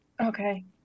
Okay